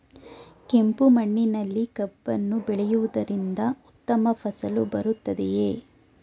ಕೆಂಪು ಮಣ್ಣಿನಲ್ಲಿ ಕಬ್ಬನ್ನು ಬೆಳೆಯವುದರಿಂದ ಉತ್ತಮ ಫಸಲು ಬರುತ್ತದೆಯೇ?